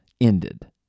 ended